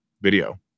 video